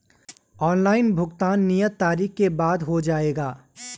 Online भुगतान नियत तारीख के बाद हो जाएगा?